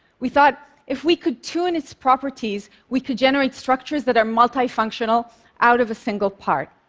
we thought if we could tune its properties, we could generate structures that are multifunctional out of a single part.